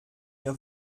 ihr